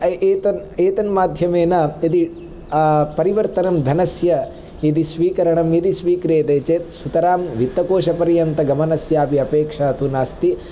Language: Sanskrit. एतन्माध्यमेन यदि परिवर्तनं धनस्य यदि स्वीकरणं यदि स्वीक्रियते चेत् सुतरां वित्तकोशपर्यन्तगमनस्यापि अपेक्षा तु नास्ति